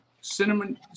cinnamon